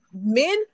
men